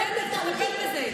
בסדר, צריך לטפל בזה.